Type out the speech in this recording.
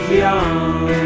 young